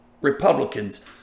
Republicans